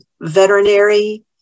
veterinary